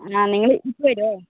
എന്നാൽ നിങ്ങൾ ഇപ്പോൾ വരുമോ